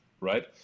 right